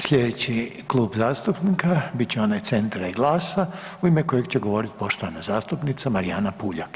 Sljedeći klub zastupnika bit će onaj Centra i GLAS-a u ime kojeg će govoriti poštovana zastupnica Marijana Puljak.